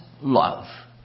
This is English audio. love